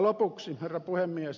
lopuksi herra puhemies